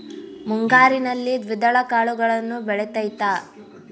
ಮುಂಗಾರಿನಲ್ಲಿ ದ್ವಿದಳ ಕಾಳುಗಳು ಬೆಳೆತೈತಾ?